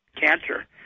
cancer